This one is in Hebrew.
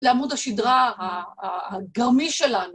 לעמוד השדרה הגרמי שלנו.